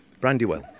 Brandywell